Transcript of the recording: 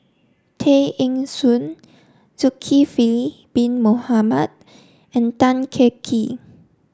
Tay Eng Soon Zulkifli Bin Mohamed and Tan Kah Kee